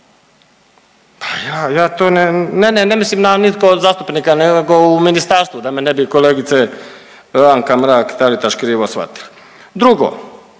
ne, ne, ne mislim na nitko od zastupnika, nego u Ministarstvu, da me ne bi, kolegice Anka Mrak-Taritaš, krivo shvatili. Drugo,